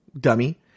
Dummy